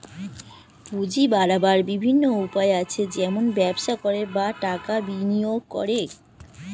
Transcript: পুঁজি বাড়াবার বিভিন্ন উপায় আছে, যেমন ব্যবসা করে, বা টাকা বিনিয়োগ করে